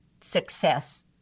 success